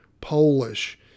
Polish